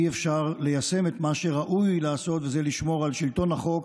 אי-אפשר ליישם את מה שראוי לעשות וזה לשמור על שלטון החוק,